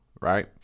right